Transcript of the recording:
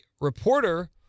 reporter